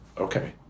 okay